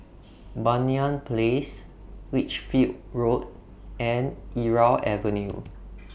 Banyan Place Lichfield Road and Irau Avenue